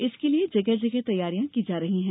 इसके लिए जगह जगह तैयारियां की जा रही है